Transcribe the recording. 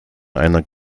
einer